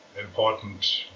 important